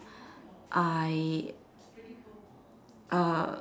I err